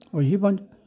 होइये पंज